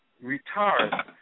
retired